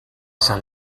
san